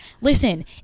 listen